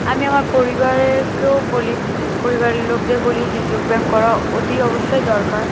আমি আমার পরিবারকেও বলি পরিবারের লোকদের বলি যে যোগ ব্যায়াম করা অতি অবশ্যই দরকার